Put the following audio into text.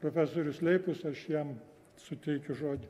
profesorius leipus aš jam suteikiu žodį